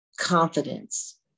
confidence